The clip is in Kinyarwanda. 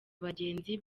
abagenzi